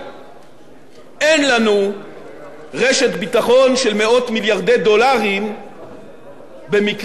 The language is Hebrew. אין לנו רשת ביטחון של מאות מיליארדי דולרים במקרה שחלילה וחס